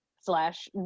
slash